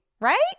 Right